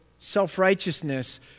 Self-righteousness